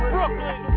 Brooklyn